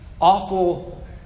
awful